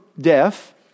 deaf